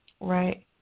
right